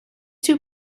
two